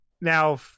now